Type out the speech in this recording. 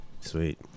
Sweet